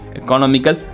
economical